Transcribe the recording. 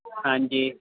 ਹਾਂਜੀ